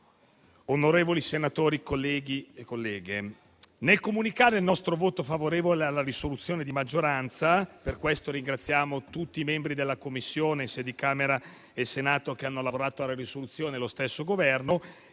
colleghi senatori e colleghe senatrici, nel comunicare il nostro voto favorevole alla risoluzione di maggioranza - ringraziamo tutti i membri delle Commissioni, della Camera e del Senato, che hanno lavorato alla risoluzione e lo stesso Governo